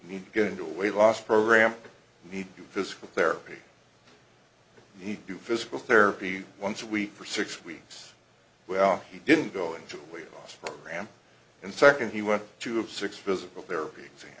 need to get into a weight loss program need physical therapy he'd do physical therapy once a week for six weeks well he didn't go into a weight loss program and second he wanted to have six visible ther